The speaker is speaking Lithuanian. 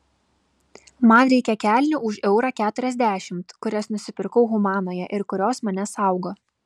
man reikia kelnių už eurą keturiasdešimt kurias nusipirkau humanoje ir kurios mane saugo